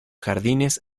jardines